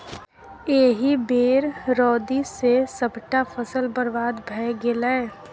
एहि बेर रौदी सँ सभटा फसल बरबाद भए गेलै